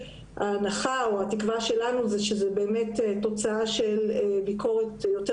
ההנחה או התקווה שלנו היא שזו באמת תוצאה של ביקורת יותר